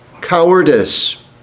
cowardice